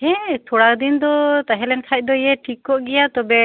ᱦᱮᱸ ᱛᱷᱚᱲᱟ ᱫᱤᱱ ᱫᱚ ᱛᱟᱸᱦᱮᱞᱮᱱ ᱠᱷᱟᱡ ᱫᱚᱭᱮ ᱴᱷᱤᱠ ᱠᱚᱜ ᱜᱮᱭᱟ ᱛᱚᱵᱮ